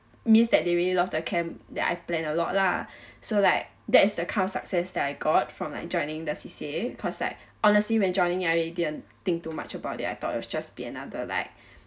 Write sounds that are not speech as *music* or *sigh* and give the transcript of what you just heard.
means that they really love their camp that I plan a lot lah *breath* so like that's the kind of success that I got from like joining the C_C_A_ cause like honestly when joining I didn't think too much about it I thought it was just be another like